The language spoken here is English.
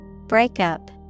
Breakup